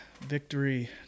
victory